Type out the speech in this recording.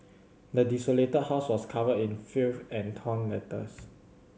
the desolated house was covered in filth and torn letters